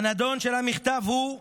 הנדון של המכתב הוא: